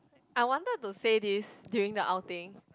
I wanted to say this during the outing